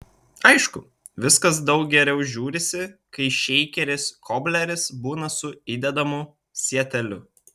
aišku viskas daug geriau žiūrisi kai šeikeris kobleris būna su įdedamu sieteliu